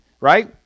right